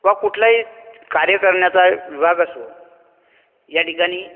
व कुठलाही कार्य करण्याचा विभाग असो या ठिकाणी